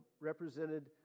represented